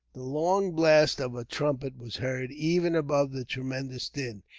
the long blast of a trumpet was heard even above the tremendous din.